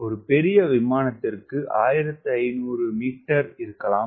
ஒரு பெரிய விமானத்திற்கு 1500 மீட்டர் இருக்கலாம்